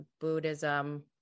Buddhism